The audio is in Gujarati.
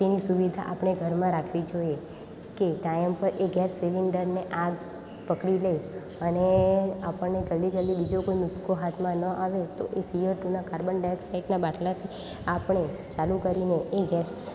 તેની સુવિધા આપણે ઘરમાં રાખવી જોઈએ કે ટાઈમ પર એ ગેસ સિલિન્ડરને આગ પકડી લે અને આપણને જલ્દી જલ્દી બીજો કોઈ નુસ્ખો હાથમાં ના આવે તો એ સીઓટુના કાર્બન ડાઓક્સાઇડના બાટલાથી આપણે ચાલુ કરીને એ